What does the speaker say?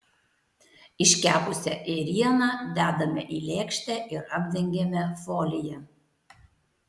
iškepusią ėrieną dedame į lėkštę ir apdengiame folija